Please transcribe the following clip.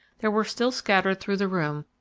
there were still scattered through the room,